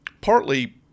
Partly